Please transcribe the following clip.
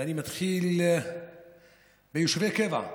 ואני מתחיל ביישובי קבע,